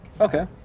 okay